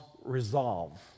resolve